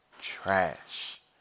Trash